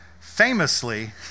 famously